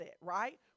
right